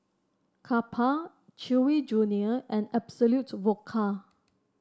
Kappa Chewy Junior and Absolut Vodka